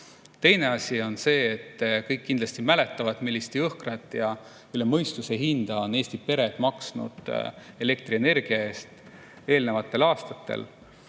Teine asi on see, et kõik kindlasti mäletavad, millist jõhkrat ja üle mõistuse hinda on Eesti pered maksnud elektrienergia eest eelnevatel aastatel.